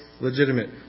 legitimate